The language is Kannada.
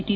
ಟಿ